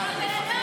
תלכו